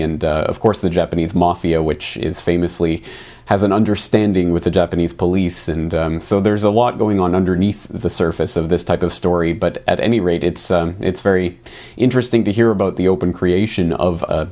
and of course the japanese mafia which famously has an understanding with the japanese police and so there's a lot going on underneath the surface of this type of story but at any rate it's uh it's very interesting to hear about the open creation of